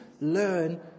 learn